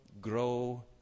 grow